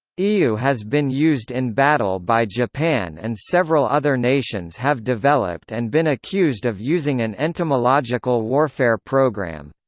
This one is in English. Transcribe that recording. ew has been used in battle by japan and several other nations have developed and been accused of using an entomological warfare program.